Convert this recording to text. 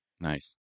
Nice